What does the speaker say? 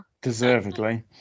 deservedly